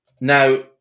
Now